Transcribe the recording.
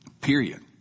Period